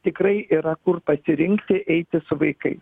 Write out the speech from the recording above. tikrai yra kur pasirinkti eiti su vaikais